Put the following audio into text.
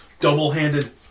double-handed